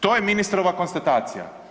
To je ministrova konstatacija.